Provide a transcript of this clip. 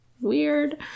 Weird